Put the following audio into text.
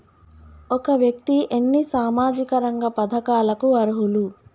ఒక వ్యక్తి ఎన్ని సామాజిక రంగ పథకాలకు అర్హులు?